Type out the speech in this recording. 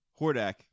Hordak